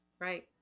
Right